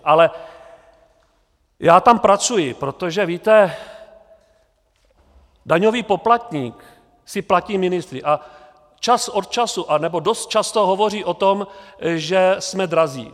Ale já tam pracuji, protože, víte, daňový poplatník si platí ministry a čas od času, anebo dost často, hovoří o tom, že jsme drazí.